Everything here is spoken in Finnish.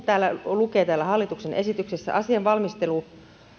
täällä hallituksen esityksessä lukee asian valmistelu